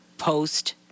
Post